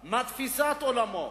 לכם כמה אתם שכחתם את העולים,